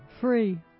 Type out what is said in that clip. Free